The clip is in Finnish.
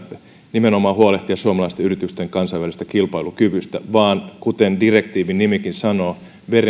nimenomaan huolehtia suomalaisten yritysten kansainvälisestä kilpailukyvystä vaan kuten direktiivin nimikin sanoo